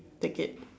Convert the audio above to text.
take it